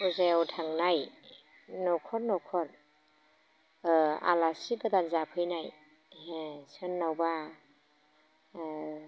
फुजायाव थांनाय न'खर न'खर ओ आलासि गोदान जाफैनाय ओ सोरनावबा ओ